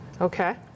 Okay